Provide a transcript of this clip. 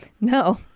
No